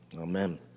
amen